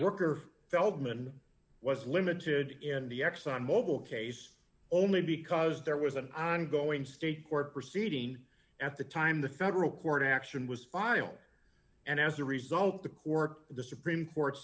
dr feldman was limited in the exxon mobil case only because there was an ongoing state court proceeding at the time the federal court action was filed and as a result the court the supreme court